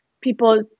people